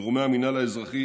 גורמי המינהל האזרחי